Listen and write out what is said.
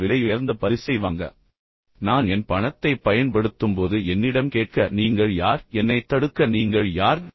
அந்த விலையுயர்ந்த பரிசை வாங்க நான் என் பணத்தைப் பயன்படுத்தும்போது என்னிடம் கேட்க நீங்கள் யார் அதைச் செய்ய என்னைத் தடுக்க நீங்கள் யார்